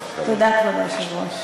תודה, כבוד היושב-ראש.